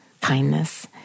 kindness